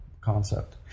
concept